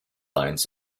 lines